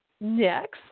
Next